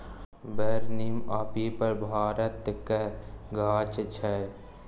बर, नीम आ पीपर भारतक गाछ छै